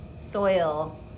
soil